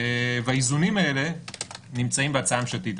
האיזונים הללו נמצאים בהצעה הממשלתית.